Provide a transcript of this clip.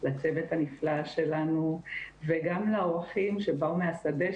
לצוות הנפלא שלנו וגם לאורחים שבאו מהשדה,